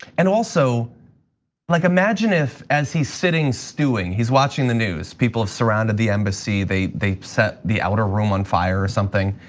and also like imagine if as he's sitting stewing, he's watching the news, people have surrounded the embassy, they they set the outer room on fire or something.